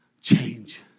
Change